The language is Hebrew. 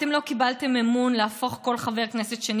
אתם לא קיבלתם אמון להפוך כל חבר כנסת שני